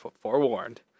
forewarned